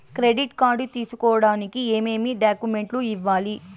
credit card తీసుకోడానికి ఏమేమి డాక్యుమెంట్లు ఇవ్వాలి